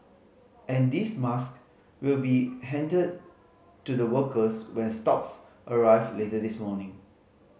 and these mask will be handed to the workers when stocks arrive later this morning